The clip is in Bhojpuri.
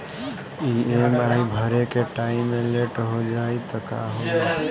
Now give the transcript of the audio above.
ई.एम.आई भरे के टाइम मे लेट हो जायी त का होई?